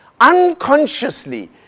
Unconsciously